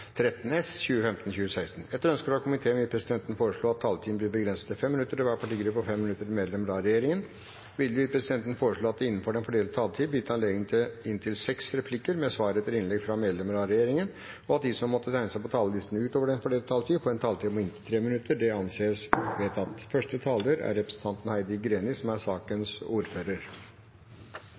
minutter til medlem av regjeringen. Videre vil presidenten foreslå at det blir gitt anledning til inntil seks replikker med svar etter innlegg fra medlem av regjeringen innenfor den fordelte taletid, og at de som måtte tegne seg på talerlisten utover den fordelte taletid, får en taletid på inntil 3 minutter. – Det anses vedtatt.